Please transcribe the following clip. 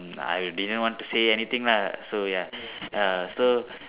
I didn't want to say anything lah so ya uh so